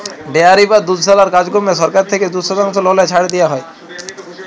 dairy বা দুধশালার কাজকম্মে সরকার থ্যাইকে দু শতাংশ ললে ছাড় দিয়া হ্যয়